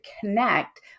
connect